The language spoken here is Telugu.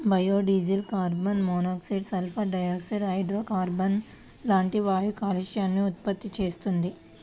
biodiesel carbon monoxide, sulphur dioxide, హైడ్రోకార్బన్లు లాంటి వాయు కాలుష్యాలను ఉత్పత్తి చేస్తుంది